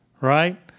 right